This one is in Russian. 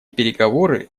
переговоры